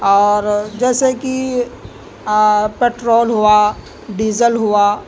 اور جیسے کہ پٹرول ہوا ڈیزل ہوا